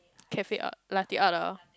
cafe art latte art lah